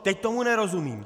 Teď tomu nerozumím.